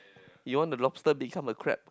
you want the lobster become a crab